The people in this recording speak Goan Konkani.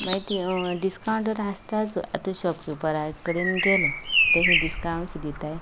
मागी ती डिसकावंट तर आसताच आतां तूं शोपकीपरा कडेन गेलो ते किदें डिसकावंट दिताय